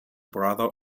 brother